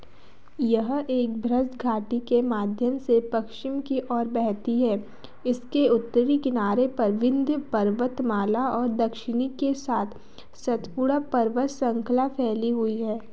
यह एक भ्रश घाटी के माध्यम से पश्चिम की ओर बहती है इसके उत्तरी किनारे पर विंध्य पर्वतमाला और दक्षिणी के साथ सतपुड़ा पर्वत शृंखला फैली हुई है